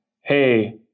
hey